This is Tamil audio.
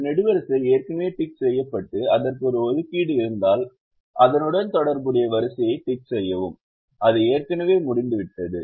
ஒரு நெடுவரிசை ஏற்கனவே தேர்வுசெய்யப்பட்டு அதற்கு ஒரு ஒதுக்கீடு இருந்தால் அதனுடன் தொடர்புடைய வரிசையைத் டிக் செய்யவும் அது ஏற்கனவே முடிந்துவிட்டது